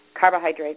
carbohydrates